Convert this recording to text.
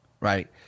right